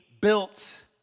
built